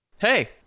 Hey